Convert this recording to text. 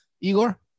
Igor